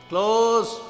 Close